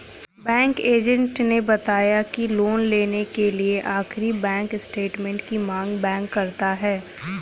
bank agent ने बताया की लोन लेने के लिए आखिरी बैंक स्टेटमेंट की मांग बैंक करता है